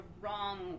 wrong